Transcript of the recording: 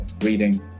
reading